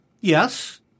Yes